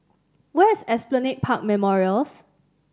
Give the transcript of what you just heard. where is Esplanade Park Memorials